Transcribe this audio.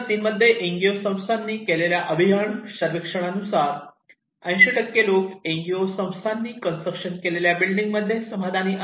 2003 मध्ये N G O संस्थांनी केलेल्या अभियान सर्वेक्षणानुसार 80 लोक एन जी ओ संस्थांनी कन्स्ट्रक्शन केलेल्या बिल्डींग मध्ये समाधानी आहेत